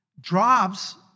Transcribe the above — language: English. drops